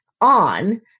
on